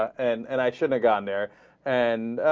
and and i should have gone there and